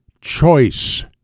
choice